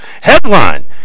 headline